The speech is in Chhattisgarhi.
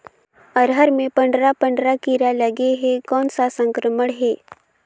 अरहर मे पंडरा पंडरा कीरा लगे हे कौन सा संक्रमण हे?